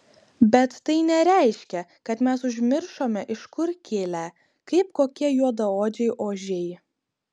bet tai nereiškia kad mes užmiršome iš kur kilę kaip kokie juodaodžiai ožiai